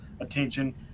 attention